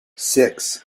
six